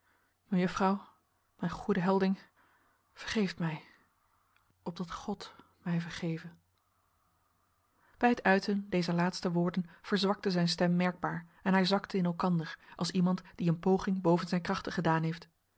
mejuffrouw mijn goede helding vergeeft mij opdat god mij vergeve bij het uiten dezer laatste woorden verzwakte zijn stem merkbaar en hij zakte in elkander als iemand die een poging boven zijn krachten gedaan heeft